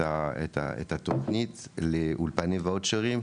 את התוכנית לאולפני וואוצ'רים,